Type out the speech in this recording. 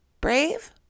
Brave